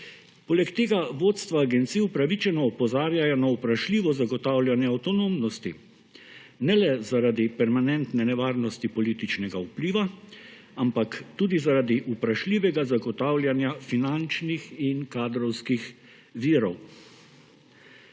Poleg tega vodstva agencij upravičeno opozarjajo na vprašljivo zagotavljanje avtonomnosti, ne le zaradi permanentne nevarnosti političnega vpliva, ampak tudi zaradi vprašljivega zagotavljanja finančnih in kadrovskih virov.